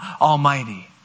Almighty